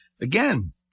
Again